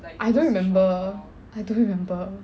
I don't remember I don't remember